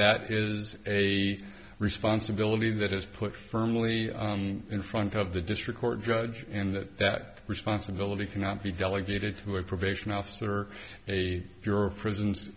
that is a responsibility that is put firmly in front of the district court judge and that that responsibility cannot be delegated to a probation officer a euro prisons